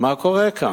מה קורה כאן?